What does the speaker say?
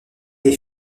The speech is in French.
est